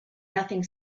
nothing